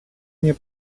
nie